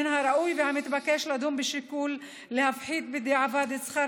מן הראוי והמתבקש לדון בשיקול להפחית בדיעבד את שכר